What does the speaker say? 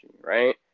right